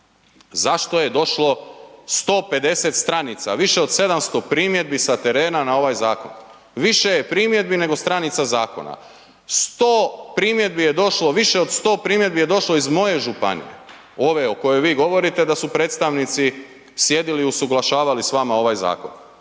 zašto je došlo 150 stranica, više od 700 primjedbi sa terena na ovaj zakon. Više je primjedbi nego stranica zakona. 100 primjedbi je došlo, više od 100 primjedbi je došlo iz moje županije, ove o kojoj vi govorite da su predstavnici sjedili u usuglašavali s vama ovaj zakon.